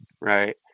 right